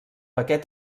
aquest